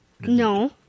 No